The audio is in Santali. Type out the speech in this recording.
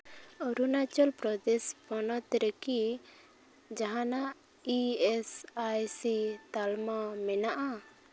ᱚᱨᱩᱱᱟᱪᱚᱞᱯᱨᱚᱫᱮᱥ ᱦᱚᱱᱚᱛ ᱨᱮᱠᱤ ᱡᱟᱦᱟᱱᱟᱜ ᱤ ᱮᱥ ᱟᱭ ᱥᱤ ᱛᱟᱞᱢᱟ ᱢᱮᱱᱟᱜᱼᱟ